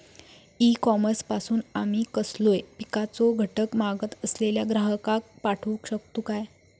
E commerce पासून आमी कसलोय पिकाचो घटक मागत असलेल्या ग्राहकाक पाठउक शकतू काय?